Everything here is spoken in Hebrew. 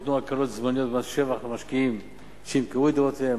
ניתנו הקלות זמניות במס שבח למשקיעים שימכרו את דירותיהם.